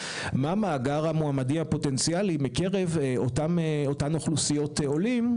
מה מאגר המתמודדים הפוטנציאלים מקרב אותן אוכלוסיות עולים,